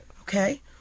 Okay